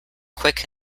quick